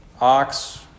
ox